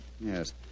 Yes